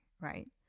right